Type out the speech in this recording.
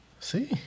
See